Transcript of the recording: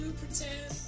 pretend